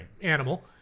animal